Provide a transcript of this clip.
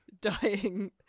dying